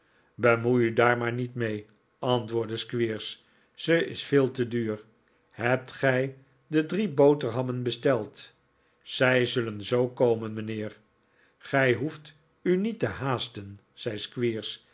bemoei u daar maar niet mee antwoordde squeers ze is veel te duur hebt gij de drie boterhammen besteld zij zullen zoo komen mijnheer gij hoeft u niet te haasten zei